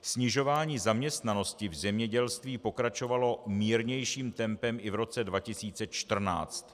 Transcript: Snižování zaměstnanosti v zemědělství pokračovalo mírnějším tempem i v roce 2014.